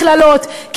ואני בעד המכללות,